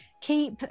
keep